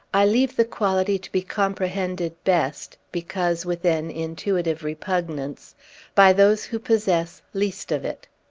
i leave the quality to be comprehended best because with an intuitive repugnance by those who possess least of it.